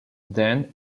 then